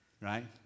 right